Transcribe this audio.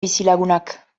bizilagunak